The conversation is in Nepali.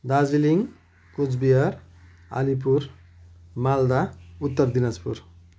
दार्जिलिङ कुचबिहार अलिपुर मालदा उत्तर दिनाजपुर